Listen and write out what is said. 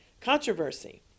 controversy